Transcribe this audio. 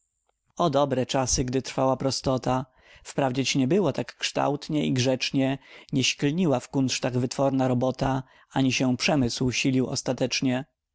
dobre czasy gdy trwała prostota wprawdzieć nie było tak kształtnie i grzecznie nie śklniła w kunsztach wytworna robota ani się przemysł silił ostatecznie